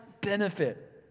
benefit